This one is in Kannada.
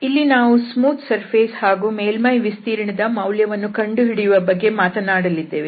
ಇಲ್ಲಿ ನಾವು ಸ್ಮೂತ್ ಸರ್ಫೇಸ್ ಹಾಗೂ ಮೇಲ್ಮೈ ವಿಸ್ತೀರ್ಣ ದ ಮೌಲ್ಯವನ್ನು ಕಂಡುಹಿಡಿಯುವ ಬಗ್ಗೆ ಮಾತನಾಡಲಿದ್ದೇವೆ